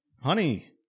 honey